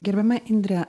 gerbiama indre